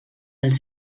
els